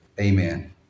Amen